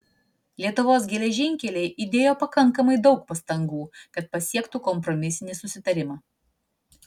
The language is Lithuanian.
lietuvos geležinkeliai įdėjo pakankamai daug pastangų kad pasiektų kompromisinį susitarimą